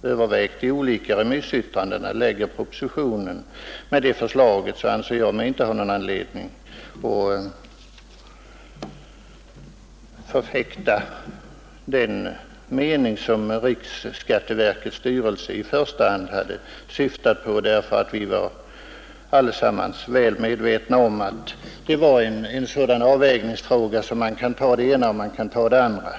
på grundval av olika remissyttranden, i sin proposition föreslår denna lösning anser jag mig inte ha någon anledning att förfäkta den mening som riksskatteverkets styrelse hade framfört i första hand. Vi var allesammans väl medvetna om att det var en avvägningsfråga, där man kunde göra både det ena och det andra.